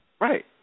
right